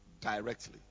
directly